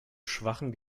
schwachen